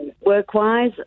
work-wise